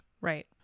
Right